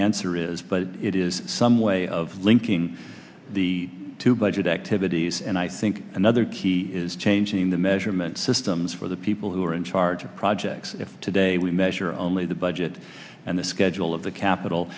answer is but it is some way of linking the two budget activities and i think another key is changing the measurement systems for the people who are in charge of projects today we measure only the budget and the schedule of the capital